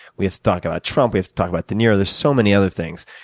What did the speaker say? we have to talk about trump, we have to talk about de niro there are so many other things.